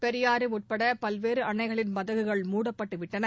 பெரியாறு உட்பட பல்வேறு அணைகளின் மதகுகள் மூடப்பட்டு விட்டன